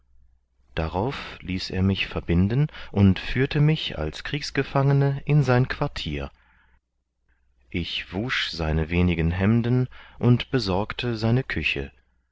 darauf ließ er mich verbinden und führte mich als kriegsgefangene in sein quartier ich wusch seine wenigen hemden und besorgte seine küche